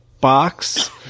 box